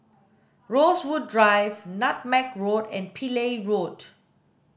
Rosewood Drive Nutmeg Road and Pillai Road